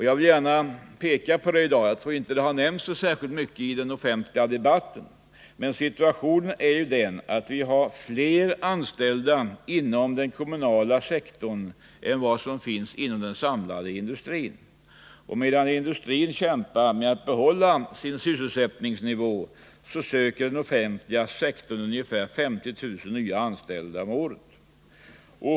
Jag tror inte att det så mycket har nämnts i debatten att det finns fler anställda i den kommunala sektorn än i den samlade industrin. Medan industrin kämpar med att behålla sin sysselsättningsnivå, så söker den offentliga sektorn ungefär 50 000 nya personer om året.